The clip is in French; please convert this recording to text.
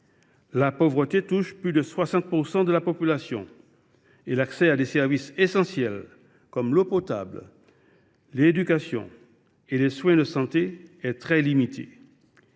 La pauvreté touche plus de 60 % de la population, et l’accès aux biens et aux services essentiels tels que l’eau potable, l’éducation et les soins de santé restent très limités.